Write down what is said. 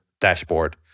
dashboard